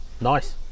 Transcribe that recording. Nice